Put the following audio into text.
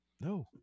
no